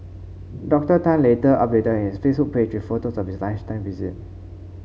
Doctor Tan later updated his Facebook page photos of his lunchtime visit